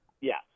Yes